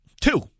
Two